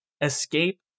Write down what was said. Escape